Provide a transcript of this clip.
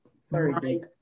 Sorry